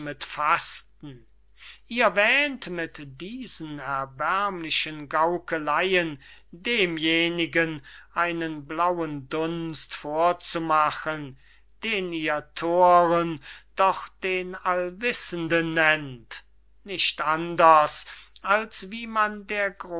fasten ihr wähnt mit diesen erbärmlichen gaukeleyen demjenigen einen blauen dunst vorzumachen den ihr thoren doch den allwissenden nennt nicht anders als wie man